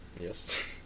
Yes